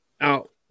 out